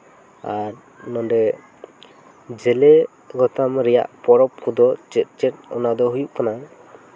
ᱟᱨ ᱱᱚᱸᱰᱮ ᱡᱮᱞᱮ ᱜᱚᱛᱚᱢ ᱨᱮᱭᱟᱜ ᱯᱚᱨᱚᱵᱽ ᱠᱚᱫᱚ ᱪᱮᱫ ᱪᱮᱫ ᱚᱱᱟ ᱫᱚ ᱦᱩᱭᱩᱜ ᱠᱟᱱᱟ